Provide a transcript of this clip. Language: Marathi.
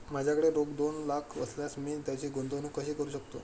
माझ्याकडे रोख दोन लाख असल्यास मी त्याची गुंतवणूक कशी करू शकतो?